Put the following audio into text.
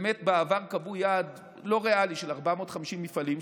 באמת בעבר קבעו יעד לא ריאלי של 450 מפעלים,